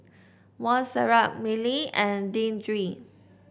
Montserrat Miley and Deandre